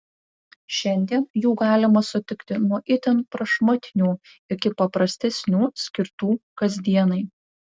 šiandien jų galima sutikti nuo itin prašmatnių iki paprastesnių skirtų kasdienai